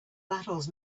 battles